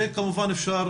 וכמובן אפשר